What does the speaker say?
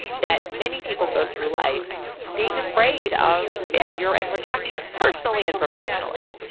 that many people go through life being afraid of failure and rejection personally and professionally.